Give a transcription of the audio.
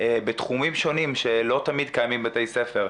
בתחומים שונים שלא תמיד קיימים בבתי ספר,